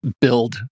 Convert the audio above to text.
build